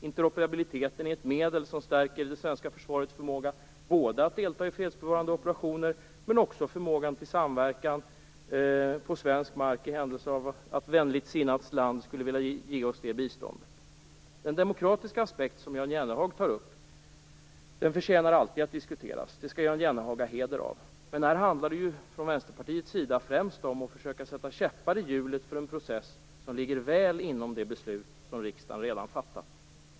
Interoperabiliteten är ett medel som stärker både det svenska försvarets förmåga att delta i fredsbevarande operationer och förmågan att samverka på svensk mark i händelse att ett vänligt sinnat land skulle vilja ge oss det biståndet. Den demokratiska aspekt som Jan Jennehag tar upp förtjänar alltid att diskuteras, och det skall han ha heder av. Men från Vänsterpartiets sida handlar det här främst om att försöka sätta käppar i hjulet för en process som ligger väl inom det beslut som riksdagen redan fattat.